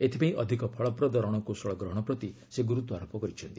ଏଥିପାଇଁ ଅଧିକ ଫଳପ୍ରଦ ରଣକୌଶଳ ଗ୍ରହଣ ପ୍ରତି ସେ ଗୁରୁତ୍ୱାରୋପ କରିଛନ୍ତି